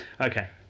Okay